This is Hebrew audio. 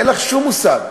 אין לך שום מושג.